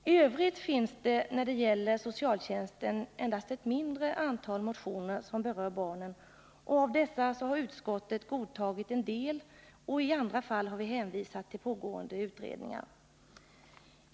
I övrigt finns om socialtjänsten endast ett mindre antal motioner, som berör barnen, och av dessa har utskottet godtagit en del, och i andra fall har vi hänvisat till pågående utredningar.